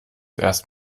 erst